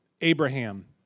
Abraham